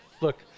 Look